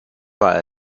war